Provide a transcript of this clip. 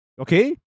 okay